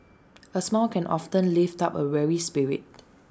A smile can often lift up A weary spirit